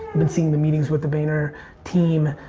been seeing the meetings with the vayner team.